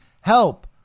help